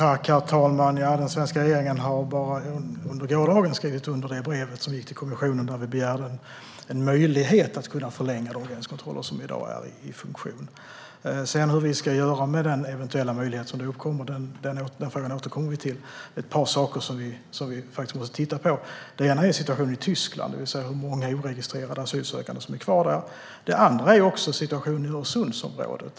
Herr talman! Den svenska regeringen har under gårdagen skrivit under det brev som gick till kommissionen där vi begärde en möjlighet att kunna förlänga de gränskontroller som i dag är i funktion. Vi återkommer till frågan om hur vi sedan ska göra med den eventuella möjlighet som då uppkommer. Det är ett par saker som vi måste titta på. Det ena är situationen i Tyskland och hur många oregistrerade asylsökande som är kvar där. Det andra är situationen i Öresundsområdet.